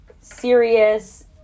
serious